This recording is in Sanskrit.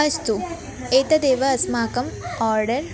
अस्तु एतदेव अस्माकम् ओर्डर्